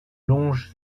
longe